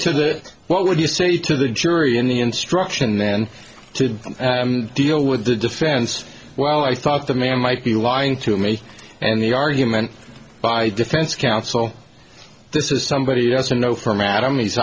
to that what would you say to the jury in the instruction then to deal with the defense while i thought the man might be lying to me and the argument by defense counsel this is somebody who doesn't know from adam he's